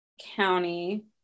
county